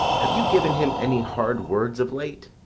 have you given him any hard words of late?